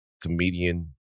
comedian